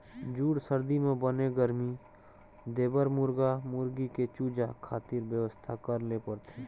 जूड़ सरदी म बने गरमी देबर मुरगा मुरगी के चूजा खातिर बेवस्था करे ल परथे